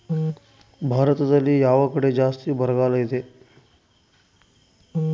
ಭಾರತದಲ್ಲಿ ಯಾವ ಕಡೆ ಜಾಸ್ತಿ ಬರಗಾಲ ಇದೆ?